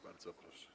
Bardzo proszę.